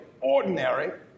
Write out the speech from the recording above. ordinary